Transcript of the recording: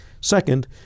Second